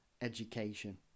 education